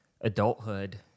adulthood